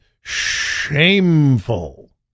shameful